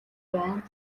байна